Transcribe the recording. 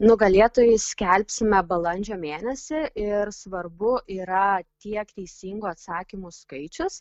nugalėtojus skelbsime balandžio mėnesį ir svarbu yra tiek teisingų atsakymų skaičius